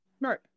Right